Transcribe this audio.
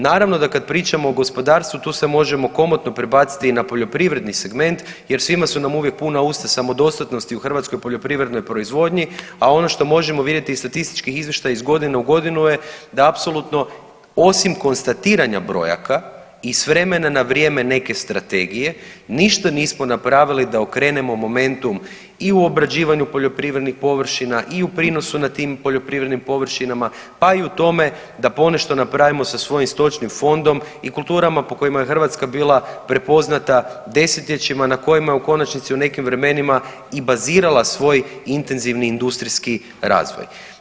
Naravno da kad pričamo o gospodarstvu tu se možemo komotno prebaciti i na poljoprivredni segment jer svima su nam uvijek puna usta samodostatnosti u hrvatskoj poljoprivrednoj proizvodnji, a ono što možemo vidjeti iz statističkih izvještaja iz godine u godinu je da apsolutno osim konstatiranja brojaka i s vremena na vrijeme neke strategije ništa nismo napravili da okrenemo momentum i u obrađivanju poljoprivrednih površina i u prinosu na tim poljoprivrednim površinama pa i u tome da ponešto napravimo sa svojim stočnim fondom i kulturama po kojima je Hrvatska bila prepoznata desetljećima na kojima je u konačnici u nekim vremenima i bazirala svoj intenzivni industrijski razvoj.